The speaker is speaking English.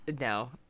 No